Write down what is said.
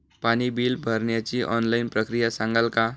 पाणी बिल भरण्याची ऑनलाईन प्रक्रिया सांगाल का?